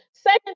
Second